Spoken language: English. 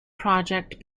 project